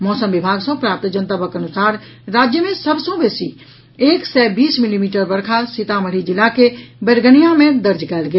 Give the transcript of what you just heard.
मौसम विभाग सँ प्राप्त जनतबक अनुसार राज्य मे सभ सँ बेसी एक सय बीस मिलीमीटर वर्षा सीतामढ़ी जिला के बेरगनिया मे दर्ज कयल गेल